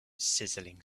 sizzling